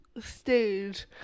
stage